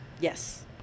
Yes